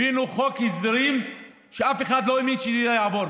הבאנו חוק הסדרים שאף אחד לא האמין שזה יעבור,